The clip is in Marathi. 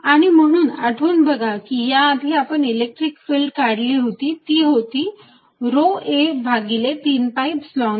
आणि म्हणून आठवून बघा की या आधी आपण इलेक्ट्रिक इलेक्ट्रिक फिल्ड काढली होती ती होती रो a भागिले 3 Epsilon 0